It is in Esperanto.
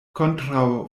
kontraŭ